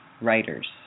writers